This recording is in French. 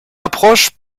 approche